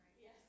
Yes